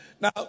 Now